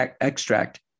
extract